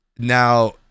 Now